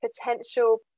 potential